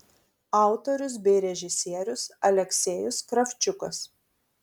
autorius bei režisierius aleksejus kravčiukas